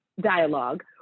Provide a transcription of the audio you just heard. dialogue